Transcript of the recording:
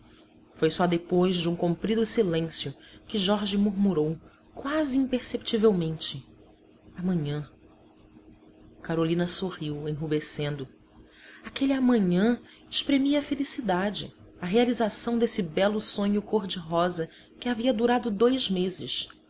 foi só depois de um comprido silêncio que jorge murmurou quase imperceptivelmente amanhã carolina sorriu enrubescendo aquele amanhã exprimia a felicidade a realização desse belo sonho cor-de-rosa que havia durado dois meses